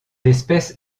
espèce